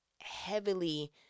heavily